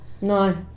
No